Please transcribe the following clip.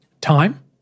Time